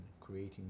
creating